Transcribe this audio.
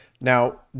Now